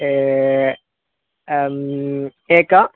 एकं